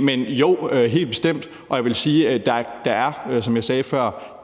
Men jo, det er det helt bestemt, og jeg vil også sige, som jeg sagde før,